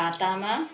खातामा